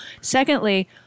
Secondly